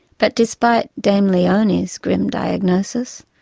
but despite dame leonie's grim diagnosis,